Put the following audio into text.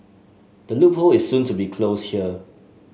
the loophole is soon to close here